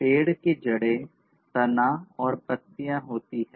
पेड़ की जड़ें तना और पत्तियां होती हैं